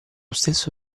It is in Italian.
stesso